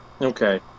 Okay